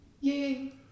Yay